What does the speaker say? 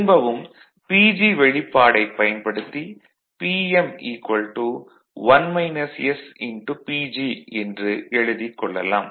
திரும்பவும் PG வெளிப்பாடைப் பயன்படுத்தி Pm PG என்று எழுதிக் கொள்ளலாம்